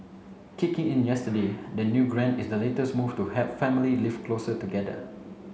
kicking in yesterday the new grant is the latest move to help family live closer together